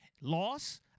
loss